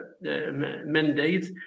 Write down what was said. mandates